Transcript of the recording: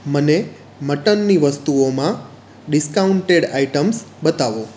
મને મટનની વસ્તુઓમાં ડિસ્કાઉન્ટેડ આઈટમ્સ બતાવો